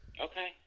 Okay